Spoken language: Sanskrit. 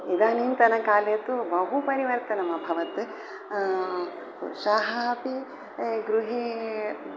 इदानीन्तनकाले तु बहु परिवर्तनम् अभवत् पुरुषाः अपि गृहे